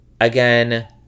Again